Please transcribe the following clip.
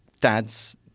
dads